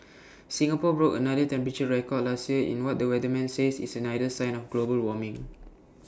Singapore broke another temperature record last year in what the weatherman says is another sign of global warming